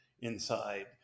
inside